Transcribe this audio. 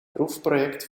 proefproject